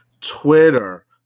Twitter